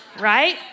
right